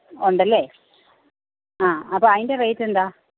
ഉണ്ടല്ലേ ആ അപ്പം അതിന്റെ റേറ്റെന്താ